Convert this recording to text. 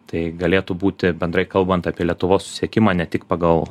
tai galėtų būti bendrai kalbant apie lietuvos susisiekimą ne tik pagal